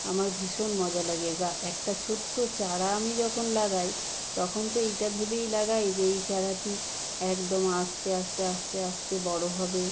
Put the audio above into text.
আমার ভীষণ মজা লাগে একটা ছোটো চারা আমি যখন লাগাই তখন তো এইটা ভেবেই লাগাই যে এই চারাটি একদম আস্তে আস্তে আস্তে আস্তে বড় হবে